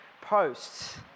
posts